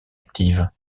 active